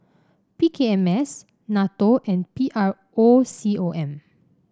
P K M S NATO and P R O C O M